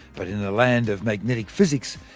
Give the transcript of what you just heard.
but in the land of magnetic physics,